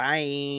Bye